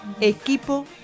equipo